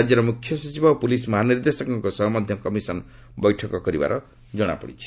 ରାଜ୍ୟର ମୁଖ୍ୟସଚିବ ଓ ପୁଲିସ୍ ମହାନିର୍ଦ୍ଦେଶକଙ୍କ ସହ ମଧ୍ୟ କମିଶନ ବୈଠକ କରିବାର ଜଣାପଡ଼ିଛି